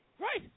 Right